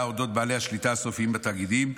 על אודות בעלי השליטה הסופיים בתאגידים.